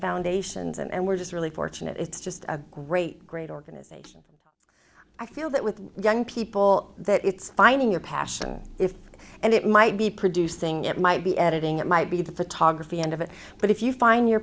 foundations and we're just really fortunate it's just a great great organization i feel that with young people that it's finding your passion if and it might be producing it might be editing it might be the talk of the end of it but if you find your